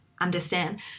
understand